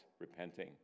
repenting